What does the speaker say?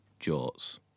Jorts